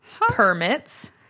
permits